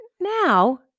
Now